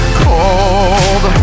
cold